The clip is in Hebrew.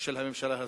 של הממשלה הזאת,